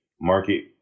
market